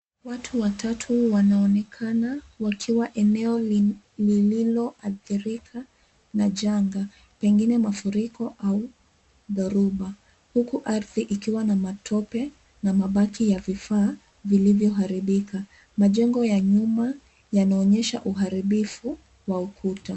Watu watatu wanaonekana wakiwa eneo lililoathirika na janga pengine mafuriko au dhoruba, huku ardhi ikiwa na matope na mabaki ya vifaa vilivyoharibika. Majengo ya nyuma yanaonyesha uharibifu wa ukuta.